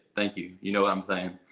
thank you, you know what i'm saying.